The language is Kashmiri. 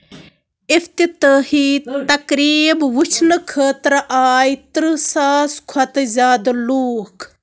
افتِتٲحی تقریٖب وُچھنہٕ خٲطرٕ آے ترٕٛہ ساس کھۅتہٕ زیادٕ لوٗكھ